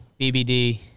BBD